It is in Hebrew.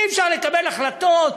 אי-אפשר לקבל החלטות